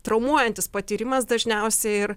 traumuojantis patyrimas dažniausiai ir